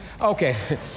Okay